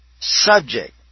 subject